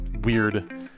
weird